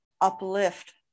uplift